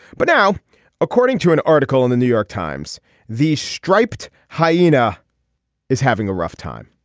but now according to an article in the new york times the striped hyena is having a rough time.